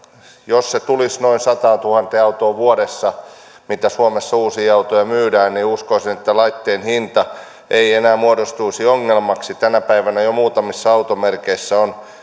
jos se tulisi noin sataantuhanteen autoon vuodessa minkä verran suomessa uusia autoja myydään niin uskoisin että laitteen hinta ei enää muodostuisi ongelmaksi tänä päivänä jo muutamissa automerkeissä on